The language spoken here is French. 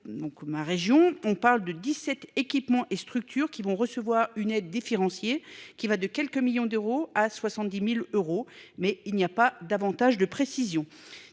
donc ma région. On parle de 17 équipement et structures qui vont recevoir une aide différenciée, qui va de quelques millions d'euros à 70.000 euros mais il n'y a pas davantage de précisions.